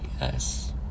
Yes